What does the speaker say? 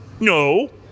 No